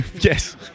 Yes